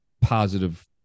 positive